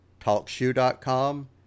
talkshoe.com